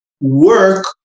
work